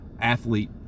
athlete